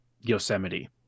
yosemite